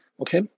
Okay